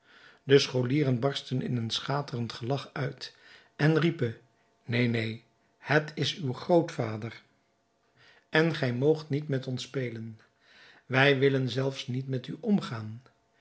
de scholieren barstten in een schaterend gelach uit en riepen neen neen het is uw grootvader en gij moogt niet met ons spelen wij willen zelfs niet met u omgaan